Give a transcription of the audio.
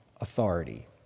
authority